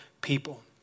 people